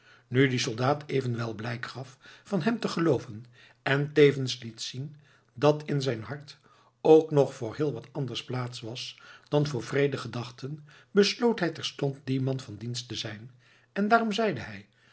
nu die soldaat evenwel blijk gaf van hem te gelooven en tevens liet zien dat in zijn hart ook nog voor heel wat anders plaats was dan voor wreede gedachten besloot hij terstond dien man van dienst te zijn en daarom zeide hij